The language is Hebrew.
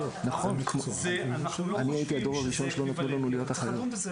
אנחנו לא חושבים שזה אקוויוולנטי.